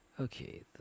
Okay